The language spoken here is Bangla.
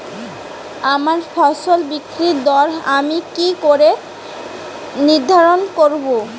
আমার ফসল বিক্রির দর আমি কি করে নির্ধারন করব?